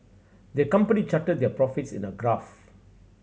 the company charted their profits in a graph